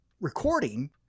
recording